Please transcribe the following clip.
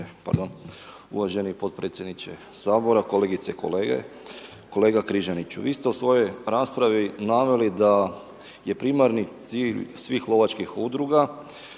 Uvaženi potpredsjedniče Sabora, kolegice i kolege. Kolega Križaniću, vi ste u svojoj raspravi naveli da je primarni cilj svih lovačkih udruga